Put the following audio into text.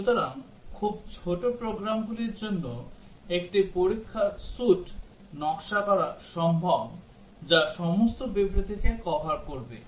সুতরাং খুব ছোট প্রোগ্রামগুলির জন্য একটি পরীক্ষা স্যুট নকশা করা সম্ভব যা সমস্ত বিবৃতিকে কভার করবে